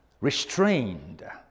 restrained